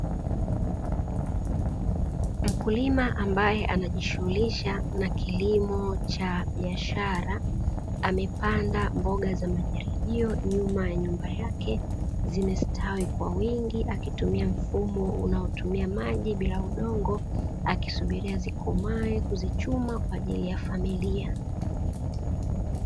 Mkulima ambaye anajishughulisha na kilimo cha biashara amepanda mboga za majani nyuma ya nyumba yake, zimestawi kwa wingi ikitumia mfumo unaotumia maji bila udongo akisubiria zikomae, kuzichuka kwa ajili ya familia.